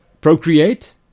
procreate